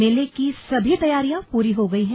मेले की सभी तैयारियां पूरी हो गई हैं